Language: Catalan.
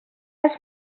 als